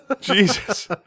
Jesus